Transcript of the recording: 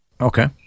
okay